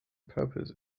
purpose